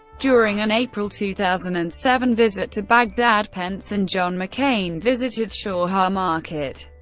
during an april two thousand and seven visit to baghdad, pence and john mccain visited shorja market,